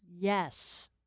Yes